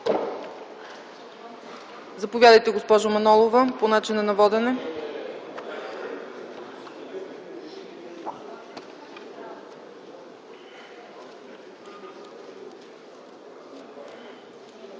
Заповядайте, госпожо Манолова – по начина на водене.